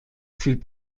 fut